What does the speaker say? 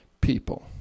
people